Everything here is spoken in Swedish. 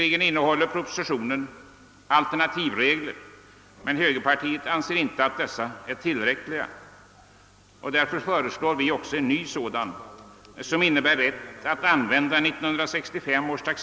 De nya reglerna föreslås bli tillämpliga på avyttringar som äger rum fr.o.m. den 1 januari 1968.